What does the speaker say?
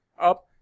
up